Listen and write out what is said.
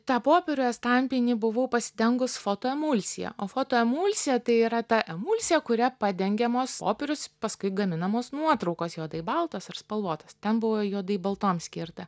tą popierių estampinį buvau pasidengus fotoemulsija o fotoemulsija tai yra ta emulsija kuria padengiamos popierius paskui gaminamos nuotraukos juodai baltos ar spalvotos ten buvo juodai baltom skirta